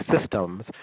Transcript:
systems